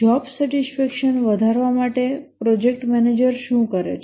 job satisfaction વધારવા માટે project manager શું કરે છે